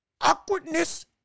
awkwardness